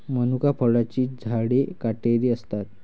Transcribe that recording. मनुका फळांची झाडे काटेरी असतात